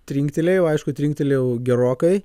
trinktelėjau aišku trinktelėjau gerokai